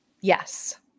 Yes